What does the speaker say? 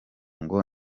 ngo